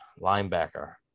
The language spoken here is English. linebacker